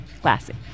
Classic